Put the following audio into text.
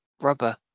Rubber